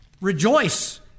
Rejoice